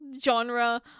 genre